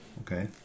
Okay